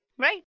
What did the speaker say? right